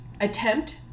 attempt